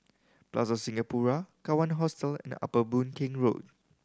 Plaza Singapura Kawan Hostel and Upper Boon Keng Road